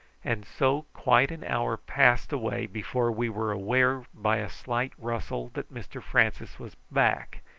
and so quite an hour passed away before we were aware by a slight rustle that mr francis was back,